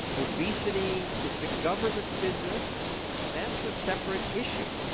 obesity is the government's business that's a separate issue.